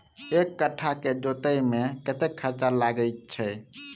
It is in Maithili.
एक कट्ठा केँ जोतय मे कतेक खर्चा लागै छै?